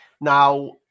Now